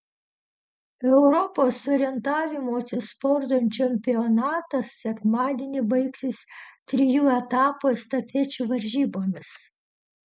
europos orientavimosi sporto čempionatas sekmadienį baigsis trijų etapų estafečių varžybomis